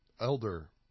Elder